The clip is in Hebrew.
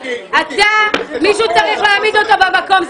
אתה, מישהו צריך להעמיד אותו במקום.